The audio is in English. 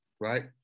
right